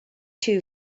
too